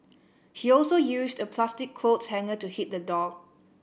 he also used a plastic clothes hanger to hit the dog